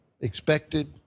expected